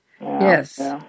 Yes